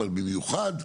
אבל במיוחד,